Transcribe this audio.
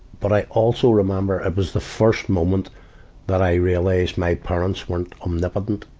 but i also remember it was the first moment that i realized my parents weren't omnipotent.